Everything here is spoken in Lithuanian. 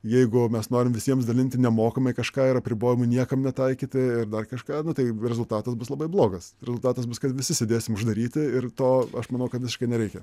jeigu mes norim visiems dalinti nemokamai kažką ir apribojimų niekam netaikyti ir dar kažką nu tai rezultatas bus labai blogas rezultatas bus kad visi sėdėsim uždaryti ir to aš manau kad visiškai nereikia